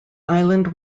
island